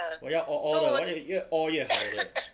我要 orh orh 的越 orh 越好的